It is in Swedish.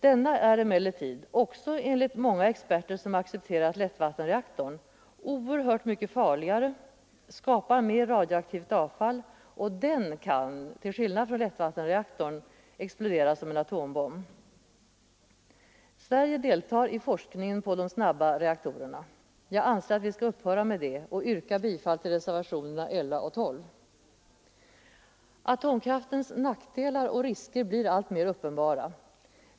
Denna är emellertid — också enligt många experter som accepterat lättvattenreaktorn — oerhört mycket farligare, skapar mer radioaktivt avfall och kan, till skillnad från lättvattenreaktorn, explodera som en atombomb. Sverige deltar i forskningen om de snabba reaktorerna. Jag anser att vi skall upphöra med det och yrkar bifall till reservationerna 11 och 12. Atomkraftens nackdelar och risker blir alltmer uppenbara.